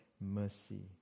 mercy